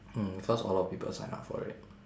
mm cause a lot of people sign up for it